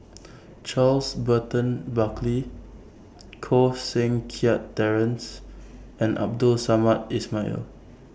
Charles Burton Buckley Koh Seng Kiat Terence and Abdul Samad Ismail